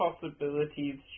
possibilities